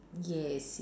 yes